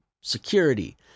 security